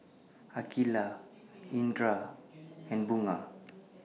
Aqilah Indra and Bunga